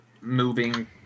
moving